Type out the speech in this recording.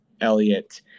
Elliot